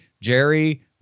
Jerry